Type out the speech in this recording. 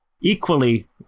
equally